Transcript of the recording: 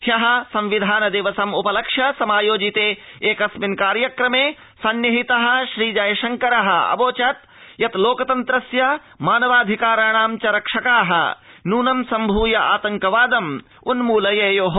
हयः संविधानदिवसम् उपलक्ष्य समायोजिते एकस्मिन् कार्यक्रमे समुपस्थितः श्री जयशंकरः अवोचत् यत् लोकतन्त्रस्य मानवाधिकाराणां च रक्षकाः नूनं संभूय आतंकवादम् उन्मूलयित् प्रयतेरन्